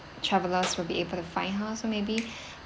travelers will be able to find her so maybe